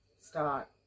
start